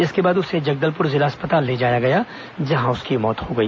इसके बाद उसे जगदलपुर जिला अस्पताल ले जाया गया जहां उसकी मौत हो गई